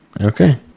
Okay